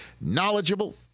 knowledgeable